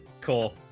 Cool